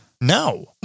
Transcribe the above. No